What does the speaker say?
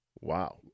Wow